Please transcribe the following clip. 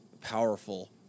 powerful